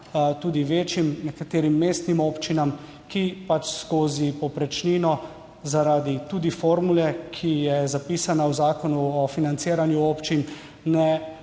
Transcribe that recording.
tudi večjim, nekaterim mestnim občinam, ki pač skozi povprečnino, tudi zaradi formule, ki je zapisana v Zakonu o financiranju občin, ne